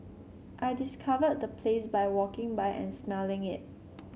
I discovered the place by walking by and smelling it